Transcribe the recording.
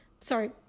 sorry